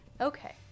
Okay